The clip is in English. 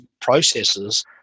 processes